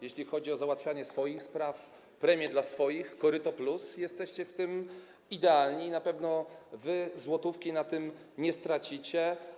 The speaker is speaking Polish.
Jeśli chodzi o załatwianie swoich spraw - premie dla swoich, koryto+ - jesteście w tym idealni i na pewno złotówki na tym nie stracicie.